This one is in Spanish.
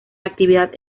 actividad